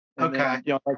okay